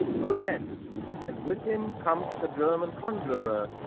o, yes and with him comes the german conjurer,